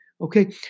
Okay